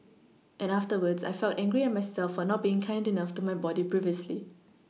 and afterwards I felt angry at myself for not being kind enough to my body previously